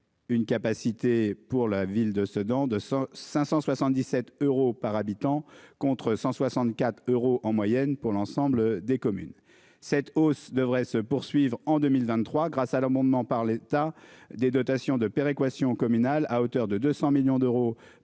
Une capacité pour la ville de Sedan de 100 577 euros par habitant contre 164 euros en moyenne pour l'ensemble des communes. Cette hausse devrait se poursuivre en 2023 grâce à l'amendement par l'état des dotations de péréquation communal à hauteur de 200 millions d'euros pour la DSR et